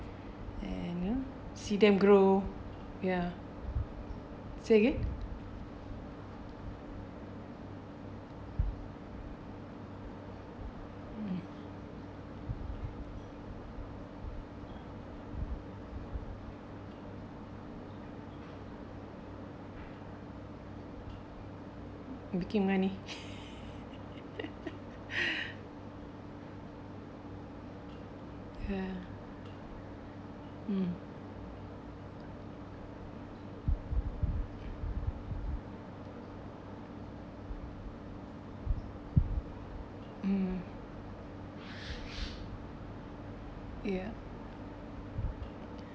and you know see them grow ya say it again mm making money ya mm mm ya